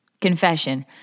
Confession